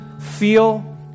Feel